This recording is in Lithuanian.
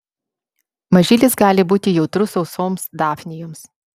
mažylis gali būti jautrus sausoms dafnijoms